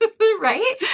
right